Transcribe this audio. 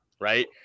right